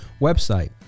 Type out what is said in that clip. website